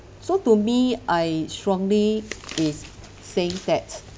so to me I strongly is saying that